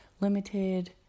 limited